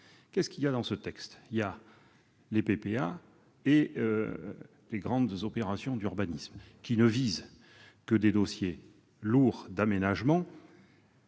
Que trouve-t-on dans ce texte ? La création des PPA et des grandes opérations d'urbanisme, qui ne visent que des dossiers lourds d'aménagement